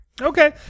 Okay